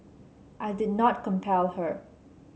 I did not compel her